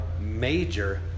major